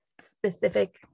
specific